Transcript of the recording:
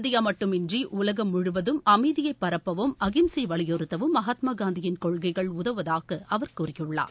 India மட்டுமின்றி உலகம் முழுவதும் அமைதியை பரப்பவும் அஹிம்சையை வலியறுத்தவும் மகாத்மா காந்தியின் கொள்கைகள் உதவுவதாக அவர் கூறியுள்ளார்